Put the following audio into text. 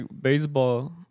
baseball